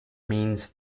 means